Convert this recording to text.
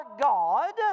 God